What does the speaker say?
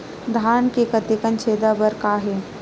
धान के तनक छेदा बर का हे?